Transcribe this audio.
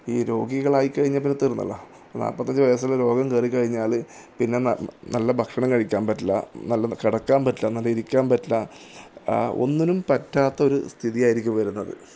ഈ രോഗികളായി കഴിഞ്ഞാൽ പിന്നെ തീർന്നല്ലോ നാല്പത്തഞ്ചു വയസിൽ രോഗം കയറിക്കഴിഞ്ഞാൽ പിന്നെ നല്ല ഭക്ഷണം കഴിക്കാൻ പറ്റില്ല നല്ലോണം കിടക്കാൻ പറ്റില്ല നല്ലോണം ഇരിക്കാൻ പറ്റില്ല ഒന്നിനും പറ്റാത്ത ഒരു സ്ഥിതി ആയിരിക്കും വരുന്നത്